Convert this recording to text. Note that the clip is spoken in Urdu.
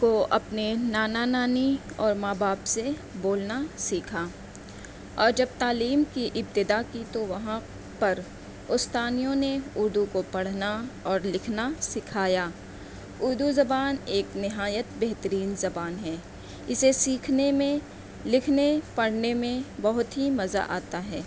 کو اپنے نانا نانی اور ماں باپ سے بولنا سیکھا اور جب تعلیم کی ابتدا کی تو وہاں پر استانیوں نے اردو کو پڑھنا اور لکھنا سکھایا اردو زبان ایک نہایت بہترین زبان ہے اسے سیکھنے میں لکھنے پڑھنے میں بہت ہی مزہ آتا ہے